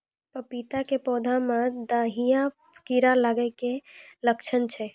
पपीता के पौधा मे दहिया कीड़ा लागे के की लक्छण छै?